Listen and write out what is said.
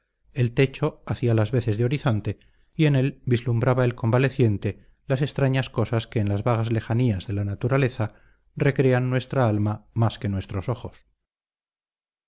el techo hacía las veces de horizonte y en él vislumbraba el convaleciente las extrañas cosas que en las vagas lejanías de la naturaleza recrean nuestra alma más que nuestros ojos